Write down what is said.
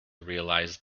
realize